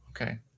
Okay